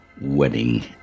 wedding